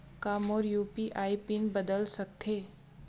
का मोर UPI pin बदल सकथे?